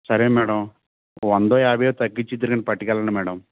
సరే మేడం ఓ వందో యాభైయో తగ్గించి ఇద్దురుకాని పట్టుకెళ్ళండి మేడం